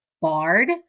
Bard